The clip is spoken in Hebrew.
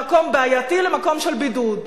למקום בעייתי, למקום של בידוד.